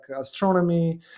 astronomy